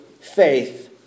faith